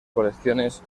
colecciones